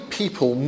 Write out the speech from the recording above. people